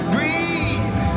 Breathe